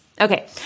Okay